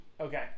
Okay